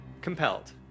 compelled